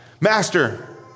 Master